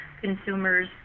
consumers